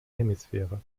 hemisphäre